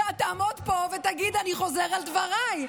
שתעמוד פה ותגיד: אני חוזר על דבריי?